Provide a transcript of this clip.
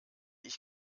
ich